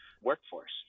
workforce